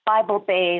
Bible-based